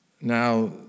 Now